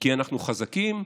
כי אנחנו חזקים.